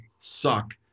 suck